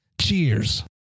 Cheers